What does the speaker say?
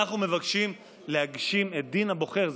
אנחנו מבקשים להגשים את דין הבוחר,